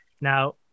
Now